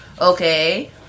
Okay